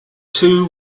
two